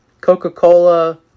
Coca-Cola